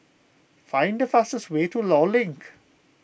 find the fastest way to Law Link